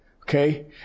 Okay